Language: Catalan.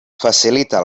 facilita